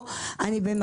אני עם פיברומיאלגיה,